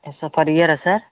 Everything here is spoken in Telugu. ఎస్ సార్ పర్ ఇయరా సార్